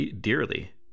dearly